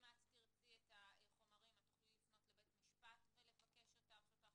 אם את תרצי את החומרים את תוכלי לפנות לבית משפט ולאשר אותם.